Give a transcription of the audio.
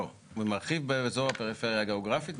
הוא מרחיב באזור הפריפריה הגיאוגרפית,